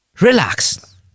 Relax